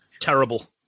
Terrible